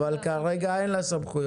אבל כרגע אין לה סמכויות.